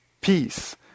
peace